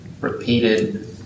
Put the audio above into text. repeated